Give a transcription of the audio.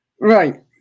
Right